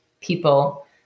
people